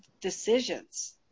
decisions